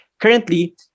Currently